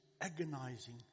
agonizing